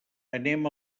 anem